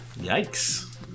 yikes